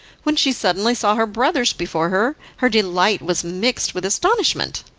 when she suddenly saw her brothers before her her delight was mixed with astonishment.